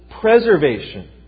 preservation